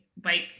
bike